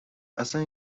اصلن